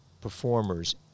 performers